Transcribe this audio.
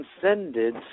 transcended